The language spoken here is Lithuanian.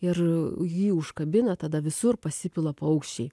ir jį užkabina tada visur pasipila paukščiai